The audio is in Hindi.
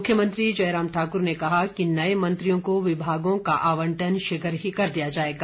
मुख्यमंत्री जयराम ठाकुर ने कहा कि नए मंत्रियों को विभागों का आवंटन शीघ्र ही कर दिया जाएगा